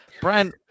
Brian